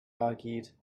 argued